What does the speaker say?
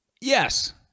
Yes